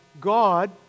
God